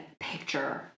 picture